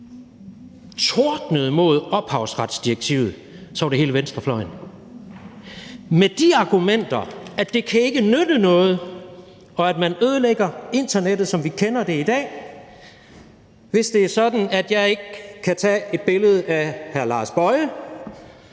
tordnede mod ophavsretsdirektivet, var det hele venstrefløjen med de argumenter, at det ikke kan nytte noget, og at man ødelægger internettet, som vi kender det i dag, hvis det er sådan, at jeg ikke kan tage et billede af hr. Lars Boje